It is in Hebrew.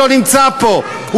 שלא נמצא פה,